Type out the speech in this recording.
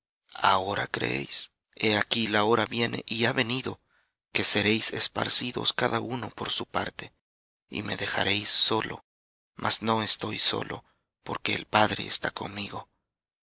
ahora creéis he aquí la hora viene y ha venido que seréis esparcidos cada uno por su parte y me dejaréis solo mas no estoy solo porque el padre está conmigo